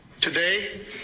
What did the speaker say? Today